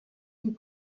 die